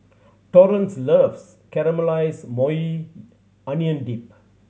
Torrence loves Caramelized Maui Onion Dip